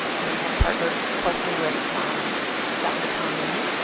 we have partnered closely with dr. tom meaney.